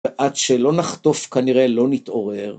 עד שלא נחטוף כנראה לא נתעורר